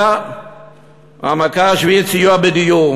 המכה השביעית, סיוע בדיור.